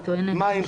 מים,